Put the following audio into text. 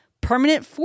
permanent